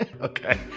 Okay